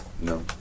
No